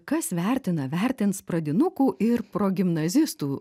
kas vertina vertins pradinukų ir progimnazistų